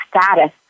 status